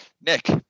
Nick